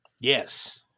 yes